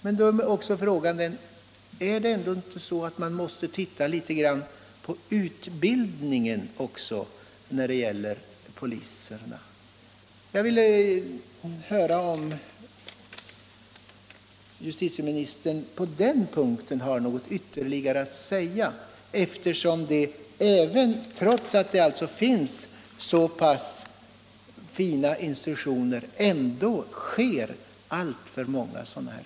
Men måste man inte också titta litet på den utbildning poliserna får? Jag vill höra om justitieministern har något ytterligare att säga på den punkten, eftersom det inträffar alltför många sådana här fall, trots att det finns instruktioner.